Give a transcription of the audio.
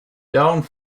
don‘t